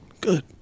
Good